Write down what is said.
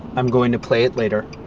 i'm going to play it later.